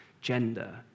gender